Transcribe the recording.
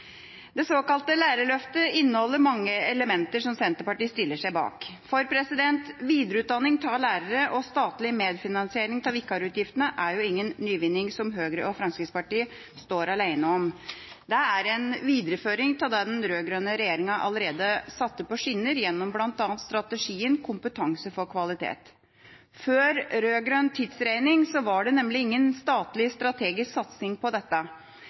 Det såkalte lærerløftet inneholder mange elementer som Senterpartiet stiller seg bak, for videreutdanning av lærere og statlig medfinansiering av vikarutgiftene er jo ingen nyvinning som Høyre og Fremskrittspartiet står alene om. Det er en videreføring av det den rød-grønne regjeringa satte på skinner allerede gjennom bl.a. strategien Kompetanse for kvalitet. Før rød-grønn tidsregning var det nemlig ingen statlig strategisk satsing på dette.